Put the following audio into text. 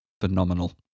phenomenal